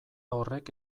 horrek